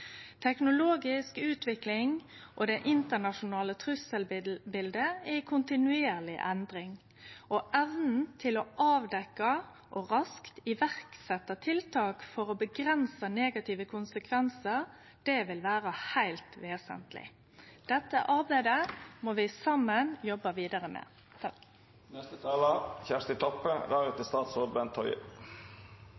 Teknologisk utvikling og det internasjonale trusselbiletet er i kontinuerleg endring, og evna til å avdekkje og raskt setje i verk tiltak for å avgrense negative konsekvensar vil vere heilt vesentleg. Dette arbeidet må vi saman jobbe vidare med.